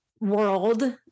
world